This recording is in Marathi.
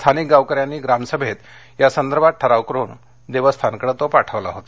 स्थानिक गांवकऱ्यांनी ग्रामसभेत या संदर्भात ठराव करून देवस्थानकडे पाठविला होता